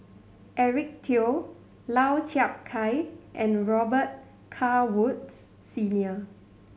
Eric Teo Lau Chiap Khai and Robet Carr Woods Senior